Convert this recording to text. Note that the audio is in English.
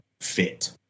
fit